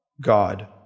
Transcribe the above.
God